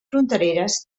frontereres